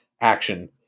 action